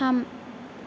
थाम